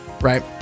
right